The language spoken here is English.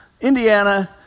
Indiana